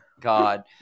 God